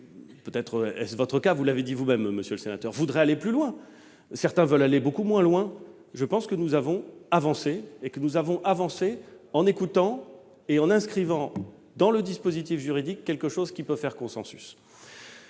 peut-être est-ce votre cas ?-, vous l'avez dit vous-même, monsieur le sénateur, veulent aller plus loin, d'autres veulent aller beaucoup moins loin. Mais je pense que nous avons progressé, et ce en écoutant et en inscrivant dans le dispositif juridique quelque chose qui peut faire consensus.